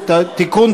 (תיקון),